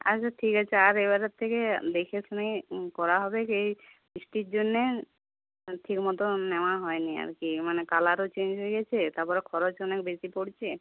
আচ্ছা ঠিক আছে আর এবারের থেকে দেখে শুনে করা হবে কে বৃষ্টির জন্যে ঠিক মতো নেওয়া হয় নি আর কি মানে কালারও চেঞ্জ হয়ে গেছে তারপরে খরচ অনেক বেশি পড়ছে